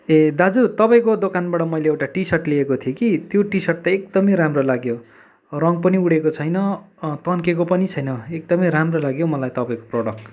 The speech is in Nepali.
ए दाजु तपाईँको दोकानबाट मैले एउटा टी सर्ट लिएको थिएँ कि त्यो टी सर्ट त एकदमै राम्रो लाग्यो रङ्ग पनि उडेको छैन तन्केको पनि छैन एकदमै राम्रो लाग्यो हौ तपाईँको प्रडक्ट